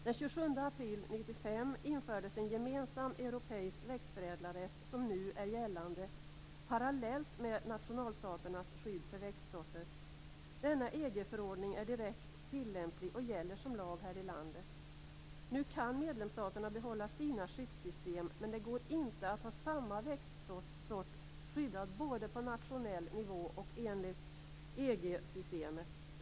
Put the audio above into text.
Den 27 april 1995 infördes en gemensam europeisk växtförädlarrätt som nu är gällande parallellt med nationalstaternas skydd för växtsorter. Denna EG förordning är direkt tillämplig och gäller som lag i det här landet. Nu kan medlemsstaterna behålla sina skyddssystem, men det går inte att ha samma växtsort skyddad både på nationell nivå och enligt EG-systemet.